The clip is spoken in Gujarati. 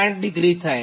8° થાય